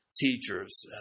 Teachers